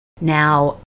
Now